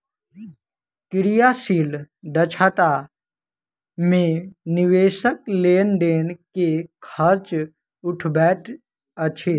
क्रियाशील दक्षता मे निवेशक लेन देन के खर्च उठबैत अछि